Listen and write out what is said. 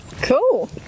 Cool